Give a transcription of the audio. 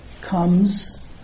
comes